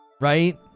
Right